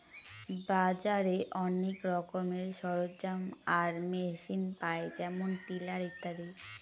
বাজারে অনেক রকমের সরঞ্জাম আর মেশিন পায় যেমন টিলার ইত্যাদি